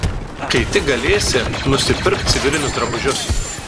kai tik galėsi nusipirk civilinius drabužius